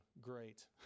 great